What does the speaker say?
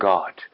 God